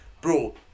bro